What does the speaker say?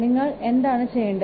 നിങ്ങൾ എന്താണ് ചെയ്യേണ്ടത്